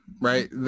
right